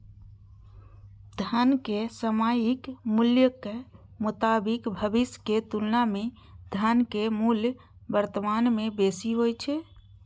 धनक सामयिक मूल्यक मोताबिक भविष्यक तुलना मे धनक मूल्य वर्तमान मे बेसी होइ छै